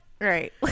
Right